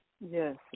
yes